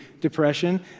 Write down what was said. depression